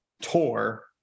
Tour